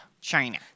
China